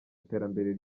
iterambere